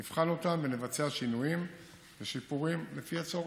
נבחן אותן ונבצע שינויים ושיפורים לפי הצורך.